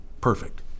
Perfect